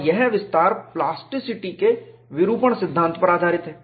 और यह विस्तार प्लास्टिसिटी के विरूपण सिद्धांत पर आधारित है